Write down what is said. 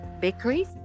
bakeries